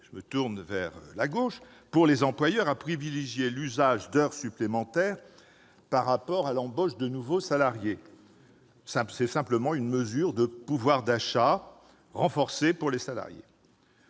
maintenant vers la gauche de notre hémicycle -, à privilégier l'usage d'heures supplémentaires par rapport à l'embauche de nouveaux salariés. C'est simplement une mesure de pouvoir d'achat renforcé pour les salariés.